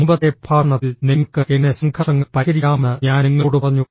മുമ്പത്തെ പ്രഭാഷണത്തിൽ നിങ്ങൾക്ക് എങ്ങനെ സംഘർഷങ്ങൾ പരിഹരിക്കാമെന്ന് ഞാൻ നിങ്ങളോട് പറഞ്ഞു